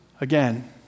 Again